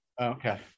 Okay